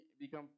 become